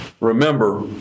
Remember